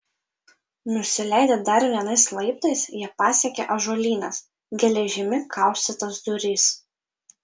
nusileidę dar vienais laiptais jie pasiekė ąžuolines geležimi kaustytas duris